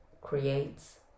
creates